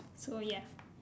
so ya